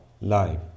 life